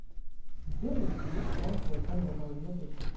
যে লক গুলা ছব পইসার ব্যাপার গুলা দ্যাখে